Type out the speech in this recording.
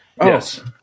Yes